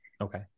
Okay